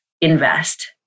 invest